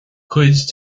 cuid